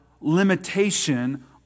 limitation